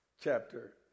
chapter